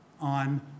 on